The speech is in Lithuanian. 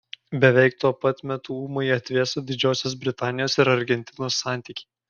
beveik tuo pat metu ūmai atvėso didžiosios britanijos ir argentinos santykiai